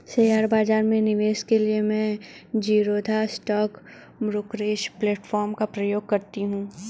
share बाजार में निवेश के लिए मैं ज़ीरोधा स्टॉक ब्रोकरेज प्लेटफार्म का प्रयोग करती हूँ